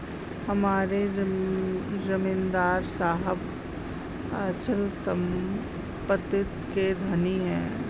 हमारे जमींदार साहब अचल संपत्ति के धनी हैं